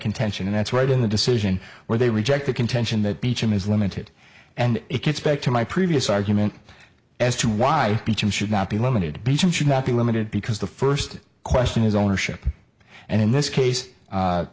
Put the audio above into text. contention and that's right in the decision where they reject the contention that beecham is limited and it gets back to my previous argument as to why beecham should not be limited to beach and should not be limited because the first question is ownership and in this case